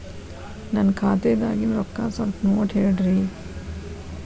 ನನ್ನ ಖಾತೆದಾಗಿನ ರೊಕ್ಕ ಸ್ವಲ್ಪ ನೋಡಿ ಹೇಳ್ರಿ